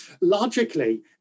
Logically